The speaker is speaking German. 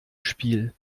spiel